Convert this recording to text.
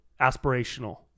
aspirational